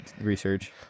research